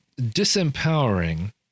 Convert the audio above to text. disempowering